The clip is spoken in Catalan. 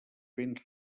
béns